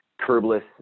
curbless